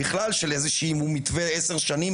בכלל של איזה שהוא מתווה עשר שנים,